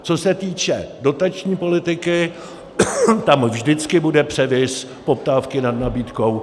Co se týče dotační politiky, tam vždycky bude převis poptávky nad nabídkou.